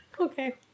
Okay